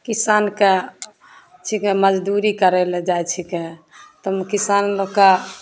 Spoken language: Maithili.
किसानके छिकै मजदूरी करैले जाइ छिकै तऽ मे किसान लोकके